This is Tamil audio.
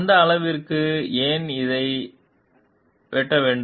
எந்த அளவிற்கு ஏன் இதை வெட்ட வேண்டும்